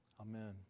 Amen